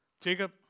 Jacob